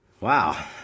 Wow